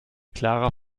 klarer